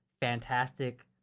fantastic